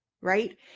right